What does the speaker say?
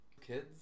Kids